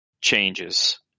changes